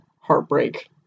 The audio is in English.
heartbreak